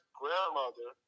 grandmother